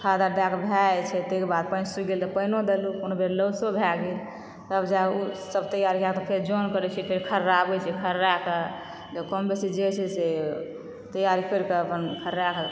खाद आओर दए कऽ भए जाइ छै ताहिकेबाद पानि सुखि गेल तऽ पानियो देलहुॅं कोनो बेर लॉसो भए गेल तब सब तैयारी भेल तऽ जौन करै छियै फेर खर्राबै छियै तब खर्रा क कम बेसी जे होइ छै से तैयारी करि कऽ अपन खर्रा क